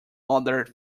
other